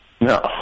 No